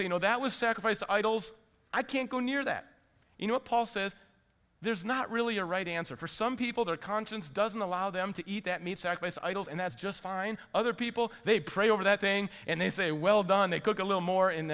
know that was sacrificed to idols i can't go near that you know paul says there's not really a right answer for some people their conscience doesn't allow them to eat that means act as idols and that's just fine other people they pray over that thing and they say well done they cook a little more and